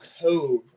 cove